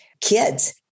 kids